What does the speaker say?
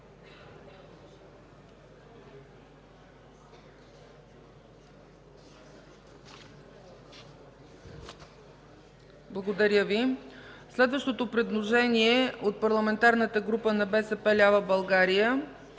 програма. Следващото предложение от Парламентарната група на БСП лява България